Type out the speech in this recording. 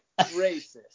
Racist